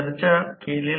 तर त्यास smaller Rf बनवा